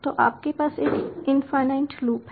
तो आपके पास एक इन्फिनेट लूप है